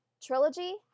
trilogy